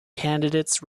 candidates